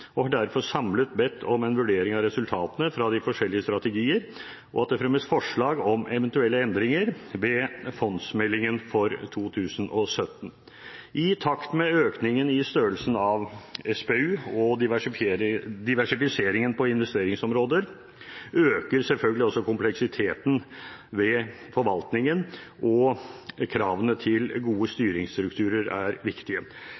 og har derfor samlet bedt om en vurdering av resultatene fra de forskjellige strategier, og at det fremmes forslag om eventuelle endringer ved fondsmeldingen for 2017. I takt med økningen i størrelsen på SPU og diversifiseringen på investeringsområder øker selvfølgelig også kompleksiteten ved forvaltningen, og kravene til gode styringsstrukturer er viktige.